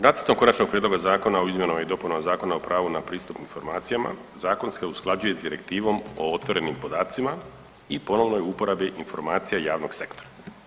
Nacrtom konačnog prijedloga zakona o izmjenama i dopunama Zakona o pravu na pristup informacijama zakon se usklađuje sa direktivom o otvorenim podacima i ponovno je u uporabi informacija javnog sektora.